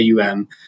AUM